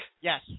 Yes